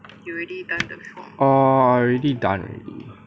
orh I already done already